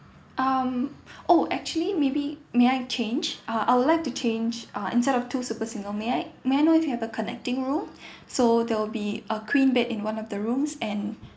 um oh actually maybe may I change uh I would like to change uh instead of two super single may I may I know if you have a connecting room so that will be a queen bed in one of the rooms and